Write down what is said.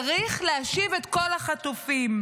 צריך להשיב את כל החטופים.